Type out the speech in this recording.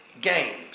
games